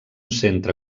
centre